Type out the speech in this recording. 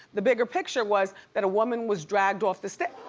the bigger picture was that a woman was dragged off the stage.